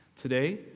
Today